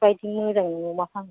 बेबायदि मोजां मोनासां